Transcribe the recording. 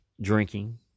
drinking